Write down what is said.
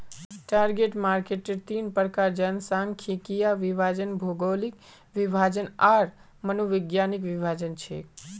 target मार्केटेर तीन प्रकार जनसांख्यिकीय विभाजन, भौगोलिक विभाजन आर मनोवैज्ञानिक विभाजन छेक